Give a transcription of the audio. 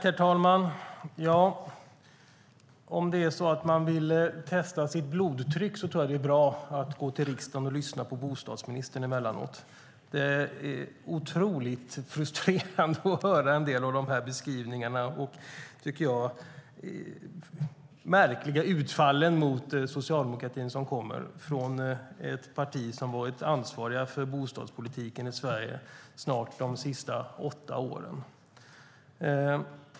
Herr talman! Om man vill testa sitt blodtryck tror jag att det är bra att gå till riksdagen och lyssna på bostadsministern emellanåt. Det är otroligt frustrerande att höra en del av beskrivningarna och de märkliga utfallen mot socialdemokratin från ett parti som haft ansvaret för bostadspolitiken i Sverige de senaste snart åtta åren.